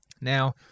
Now